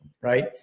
right